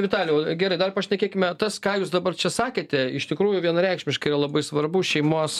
vitalijau gerai dar pašnekėkime tas ką jūs dabar čia sakėte iš tikrųjų vienareikšmiškai yra labai svarbu šeimos